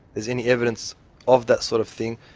there's any evidence of that sort of thing,